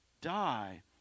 die